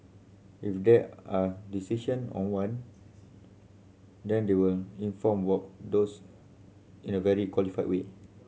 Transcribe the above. if there are decision on one then they will inform what those in a very qualified way